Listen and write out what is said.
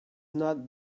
not